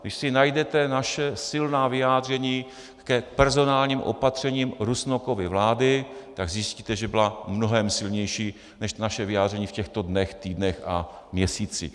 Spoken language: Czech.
Když si najdete naše silná vyjádření k personálním opatřením Rusnokovy vlády, tak zjistíte, že byla mnohem silnější než naše vyjádření v těchto dnech, týdnech a měsících.